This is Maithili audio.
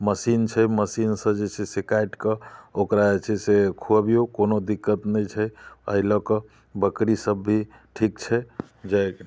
मशीन छै मशीनसँ जे छै से काटिकऽ ओकरा जे छै से खुअबियौ कोनो दिक्कत नहि छै अइ लऽ कऽ बकरी सब भी ठीक छै जय